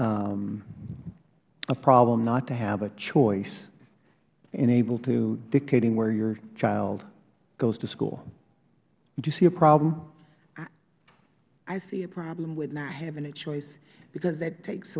a problem not to have a choice and able to dictating where your child goes to school do you see a problem ms bennett i see a problem with not having a choice because that takes